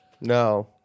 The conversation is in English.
No